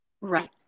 Right